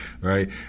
right